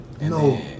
No